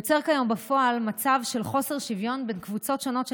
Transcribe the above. יוצר כיום בפועל מצב של חוסר שוויון בין קבוצות שונות של